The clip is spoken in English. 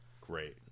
great